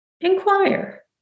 inquire